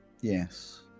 Yes